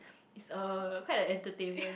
is uh quite an entertainment